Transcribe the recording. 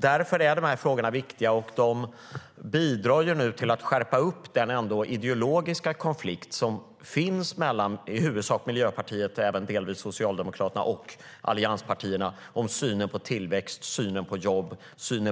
Därför är de här frågorna viktiga. De bidrar till att skärpa den ideologiska konflikt som finns mellan i huvudsak Miljöpartiet, men även delvis Socialdemokraterna, och allianspartierna om synen på tillväxt, jobb,